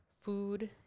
food